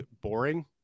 boring